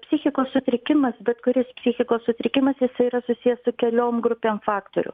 psichikos sutrikimas bet kuris psichikos sutrikimas jisai yra susiję su keliom grupėm faktorių